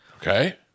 Okay